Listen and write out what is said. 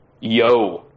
Yo